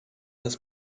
das